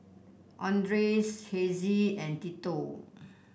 Andreas Hezzie and Tito